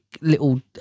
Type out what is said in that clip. little